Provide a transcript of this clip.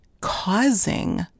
causing